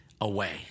away